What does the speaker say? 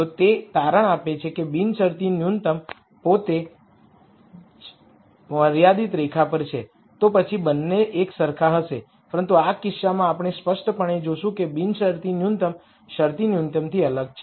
જો તે તારણ આપે છે કે બિનશરતી ન્યુનત્તમ પોતે જ મર્યાદિત રેખા પર છે તો પછી બંને એકસરખા હશે પરંતુ આ કિસ્સામાં આપણે સ્પષ્ટપણે જોશું કે બિનશરતી ન્યુનત્તમ શરતી ન્યુનત્તમથી અલગ છે